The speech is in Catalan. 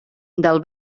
del